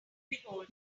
behold